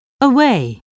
away